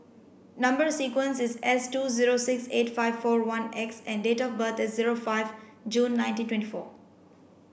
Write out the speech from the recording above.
number sequence is S two zero six eight five four one X and date of birth is zero five June nineteen twenty four